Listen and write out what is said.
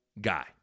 guy